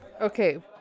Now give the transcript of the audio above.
okay